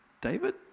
David